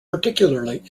particularly